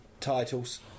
titles